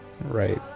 right